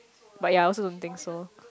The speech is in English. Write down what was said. but yea also don't think so